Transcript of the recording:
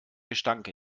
gestank